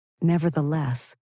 Nevertheless